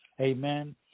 Amen